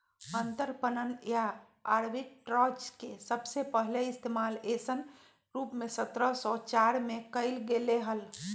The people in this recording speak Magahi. अंतरपणन या आर्बिट्राज के सबसे पहले इश्तेमाल ऐसन रूप में सत्रह सौ चार में कइल गैले हल